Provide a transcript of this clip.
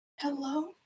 Hello